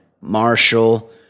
Marshall